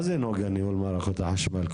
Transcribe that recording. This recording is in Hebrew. מה זה נגה ניהול מערכות החשמל?